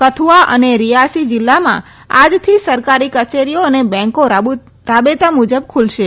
કયુઆરીયાસી જિલ્લામાં આજથી સરકારી કચેરીઓ અને બેન્કો રાબેતા મુજબ ખુલશે